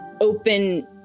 open